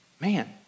man